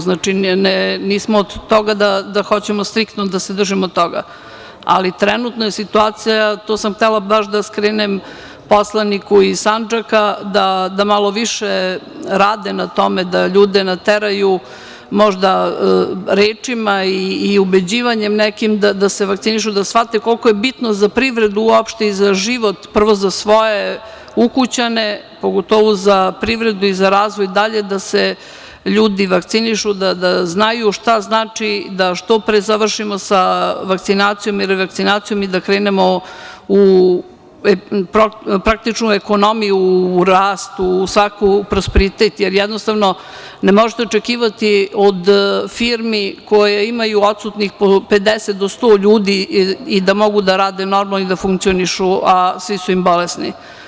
Znači, nismo od toga da hoćemo striktno da se držimo toga, ali trenutna situacija, to sam htela baš da skrenem poslaniku iz Sandžaka da malo više rade na tome, da ljude nateraju možda rečima i ubeđivanjem nekim da se vakcinišu, da shvate koliko je bitno za privredu uopšte i za život, prvo za svoje ukućane, pogotovo za privredu i za razvoj dalje da se ljudi vakcinišu, da znaju šta znači da što pre završimo sa vakcinacijom i revakcinacijom i da krenemo u praktičnu ekonomiju u rastu, prosperitet, jer jednostavno ne možete očekivati od firmi koje imaju odsutnih po 50 do 100 ljudi i da mogu da rade normalno i da funkcionišu, a svi su im bolesni.